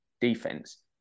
defense